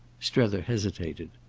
strether hesitated.